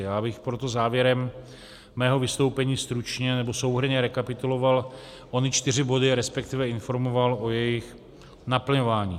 Já bych proto závěrem svého vystoupení stručně, nebo souhrnně rekapituloval ony čtyři body, resp. informoval o jejich naplňování.